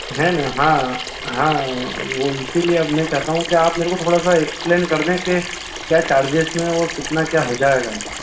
है ना हाँ हाँ वह इसीलिए अब मैं चाहता हूँ कि आप मेरे को थोड़ा सा एक्सप्लेन कर दें के क्या चार्जेस में और कितना क्या हो जाएगा